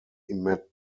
immaterial